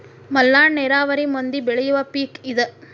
ಮಲ್ನಾಡ ನೇರಾವರಿ ಮಂದಿ ಬೆಳಿಯುವ ಪಿಕ್ ಇದ